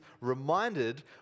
reminded